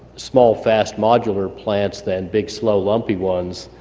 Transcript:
small fast modular plants than big slow lumpy ones,